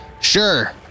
sure